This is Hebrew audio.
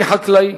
אני חקלאי,